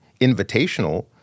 invitational